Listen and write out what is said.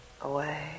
away